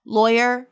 lawyer